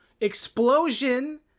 explosion